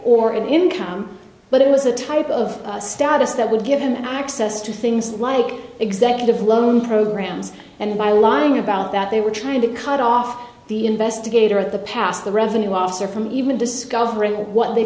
or an income but it was a type of status that would give them access to things like executive loan programs and by lying about that they were trying to cut off the investigator at the pass the revenue officer from even discovering what they